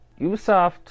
Ubisoft